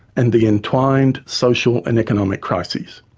and the entwined social and economic crises.